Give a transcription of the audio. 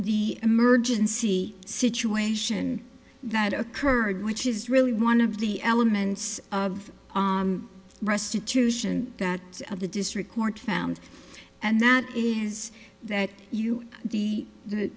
the emergency situation that occurred which is really one of the elements of restitution of the district court found and that is that you the